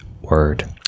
word